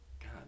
god